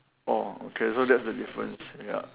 oh okay so that's the difference ya